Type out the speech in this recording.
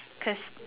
cause